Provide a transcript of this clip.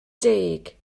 deg